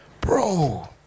Bro